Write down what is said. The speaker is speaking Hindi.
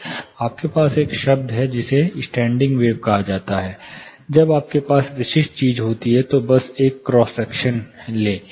आपके पास एक शब्द है जिसे स्टैंडिंग वेव कहा जाता है जब आपके पास विशिष्ट चीज होती है तो बस एक क्रॉस सेक्शन लें